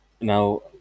Now